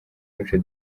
mico